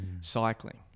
cycling